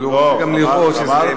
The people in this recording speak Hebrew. אבל הוא רוצה גם לראות שזה נגמר.